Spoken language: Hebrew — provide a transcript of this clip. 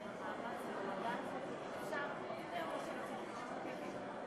ולעמדה הזאת שלכם יש הכוח שלה.